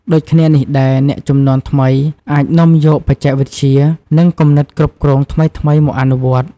ដូចគ្នានេះដែរ អ្នកជំនាន់ថ្មីអាចនាំយកបច្ចេកវិទ្យា និងគំនិតគ្រប់គ្រងថ្មីៗមកអនុវត្តន៍។